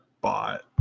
bought